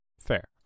Fair